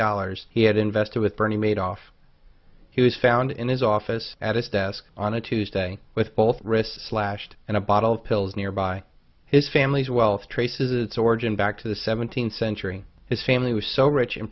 dollars he had invested with bernie madoff he was found in his office at his desk on a tuesday with both wrists slashed and a bottle of pills nearby his family's wealth traces its origin back to the seventeenth century his family was so rich and